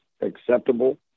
acceptable